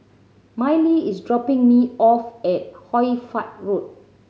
Mylee is dropping me off at Hoy Fatt Road